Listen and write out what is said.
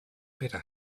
better